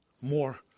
more